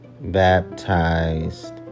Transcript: baptized